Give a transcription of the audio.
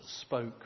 spoke